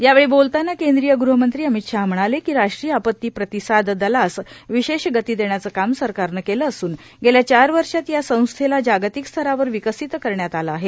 यावेळी बोलताना केंद्रीय गृहमंत्री अमित शाह म्हणाले कि राष्ट्रीय आपती प्रतिसाद दलास विशेष गती देण्याचं काम सरकारनं केलं असून गेल्या चार वर्षात या संस्थेला जागतिक स्तरावर विकसित करण्यात आलं आहे